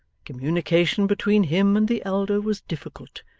communication between him and the elder was difficult,